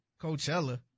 Coachella